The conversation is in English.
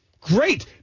Great